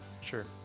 sure